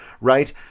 right